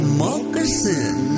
moccasin